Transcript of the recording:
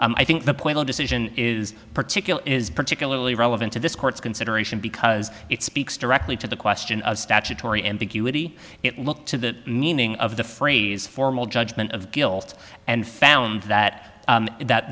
i think the point of decision is particular is particularly relevant to this court's consideration because it speaks directly to the question of statutory ambiguity it looked to the meaning of the phrase formal judgment of guilt and found that that